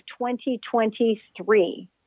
2023